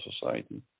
society